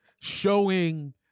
showing